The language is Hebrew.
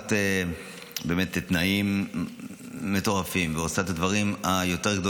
תחת תנאים מטורפים ועושה את הדברים היותר-גדולים,